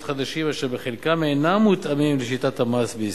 חדשים אשר חלקם אינם מותאמים לשיטת המס בישראל,